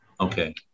Okay